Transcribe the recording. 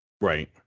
right